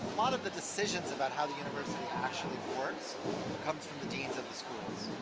lot of the decisions about how the university actually works comes from the deans of the schools.